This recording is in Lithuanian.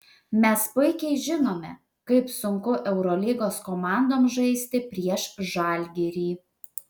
mes puikiai žinome kaip sunku eurolygos komandoms žaisti prieš žalgirį